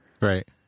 Right